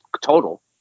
total